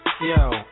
Yo